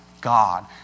God